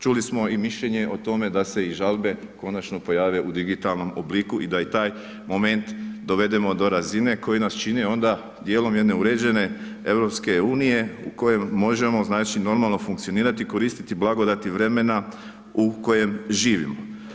Čuli smo i mišljenje o tome da se i žalbe konačno pojave u digitalnom obliku i da i taj moment dovedemo do razine koji nas čini onda dijelom jedne uređene EU u kojem možemo znači normalno funkcionirati i koristiti blagodati vremena u kojem živimo.